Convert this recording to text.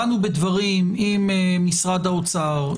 באנו בדברים עם משרד האוצר,